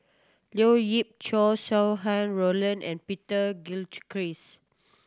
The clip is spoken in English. Leo Yip Chow Sau Hai Roland and Peter Gilchrist